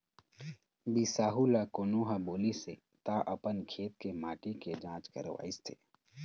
बिसाहू ल कोनो ह बोलिस हे त अपन खेत के माटी के जाँच करवइस हे